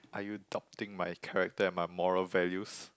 are you doubting my character and my moral values